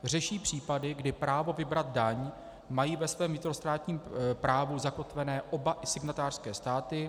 Řeší případy, kdy právo vybrat daň mají ve svém vnitrostátním právu zakotvené oba signatářské státy.